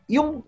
Yung